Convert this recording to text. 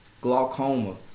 glaucoma